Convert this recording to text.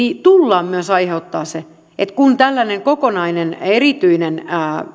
tullaan myös aiheuttamaan se että kun tällainen kokonainen erityinen